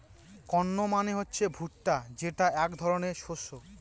corn মানে হচ্ছে ভুট্টা যেটা এক ধরনের শস্য